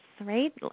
right